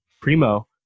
Primo